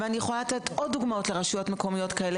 ואני יכולה לתת דוגמאות לעוד רשויות כאלה.